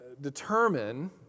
determine